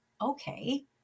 Okay